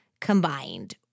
combined